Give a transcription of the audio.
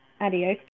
Adios